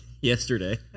Yesterday